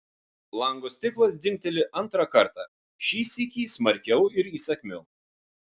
lango stiklas dzingteli antrą kartą šį sykį smarkiau ir įsakmiau